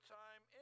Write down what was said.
time